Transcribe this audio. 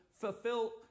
fulfill